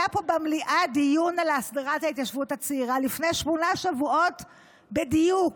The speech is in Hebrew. היה פה במליאה דיון על הסדרת ההתיישבות הצעירה לפני שמונה שבועות בדיוק,